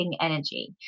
energy